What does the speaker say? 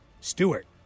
Stewart